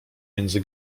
między